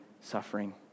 suffering